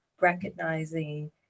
recognizing